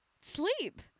sleep